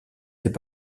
fait